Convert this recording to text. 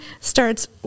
starts